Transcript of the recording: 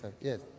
Yes